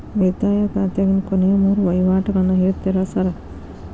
ಉಳಿತಾಯ ಖಾತ್ಯಾಗಿನ ಕೊನೆಯ ಮೂರು ವಹಿವಾಟುಗಳನ್ನ ಹೇಳ್ತೇರ ಸಾರ್?